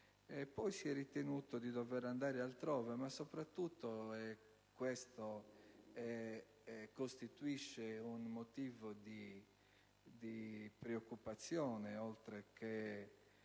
Poi si è ritenuto di dover andare altrove, ma soprattutto, e questo costituisce motivo di preoccupazione, oltre che